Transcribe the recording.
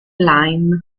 line